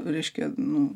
reiškia nu